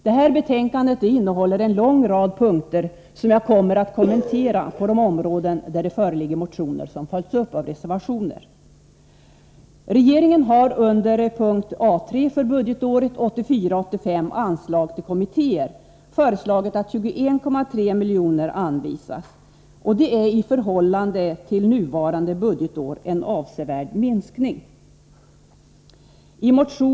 Det här betänkandet innehåller en lång rad punkter som jag kommer att kommentera på de områden där det föreligger motioner som följts upp av reservationer. Regeringen har under punkt A 3 för budgetåret 1984/85 föreslagit att till Kommittéer m.m. anvisa 21,3 milj.kr. Det är i förhållande till nuvarande budgetår en avsevärd minskning.